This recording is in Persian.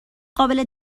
قابل